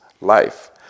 life